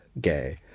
gay